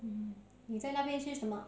你在那边吃什么